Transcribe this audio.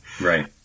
right